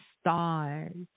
stars